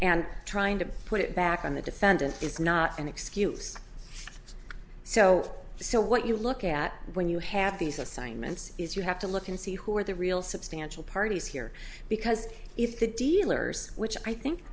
and trying to put it back on the defendant is not an excuse so so what you look at when you have these assignments is you have to look and see who are the real substantial parties here because if the dealers which i think